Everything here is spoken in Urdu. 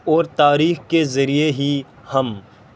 اور تاریخ کے ذریعے ہی ہم